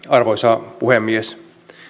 arvoisa puhemies